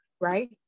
right